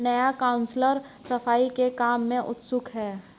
नया काउंसलर सफाई के काम में उत्सुक है